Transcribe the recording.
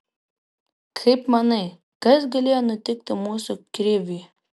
kaip manai kas galėjo nutikti mūsų kriviui